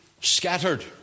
scattered